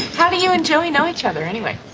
how do you actually know each other anyway?